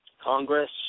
Congress